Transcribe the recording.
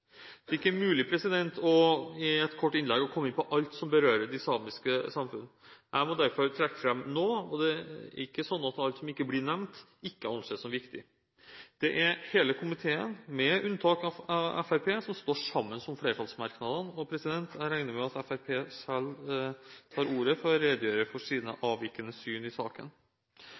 Det er ikke mulig i et kort innlegg å komme inn på alt som berører de samiske samfunn. Jeg må derfor trekke fram noe. Det er ikke slik at alt som ikke blir nevnt, ikke anses som viktig. Det er hele komiteen, med unntak av Fremskrittspartiet, som står sammen om flertallsmerknadene. Jeg regner med at Fremskrittspartiet selv tar ordet for å redegjøre for sine avvikende syn i saken.